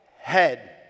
head